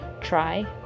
try